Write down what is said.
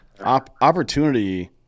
opportunity